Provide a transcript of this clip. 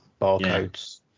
barcodes